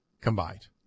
combined